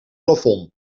plafond